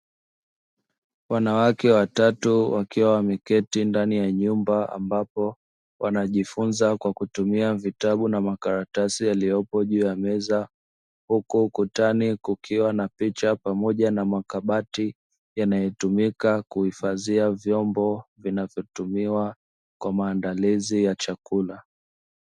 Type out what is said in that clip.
Wanawake watatu wakiwa wameketi ndani ya nyumba ambapo wanajifunza kwa kutumia vitabu na makaratasi yaliyopo juu ya meza, huku kutani kukiwa na picha pamoja na makabati yanayotumika kuhifadhia vyombo vinavyotumiwa kwa maandalizi ya chakula.